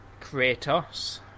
Kratos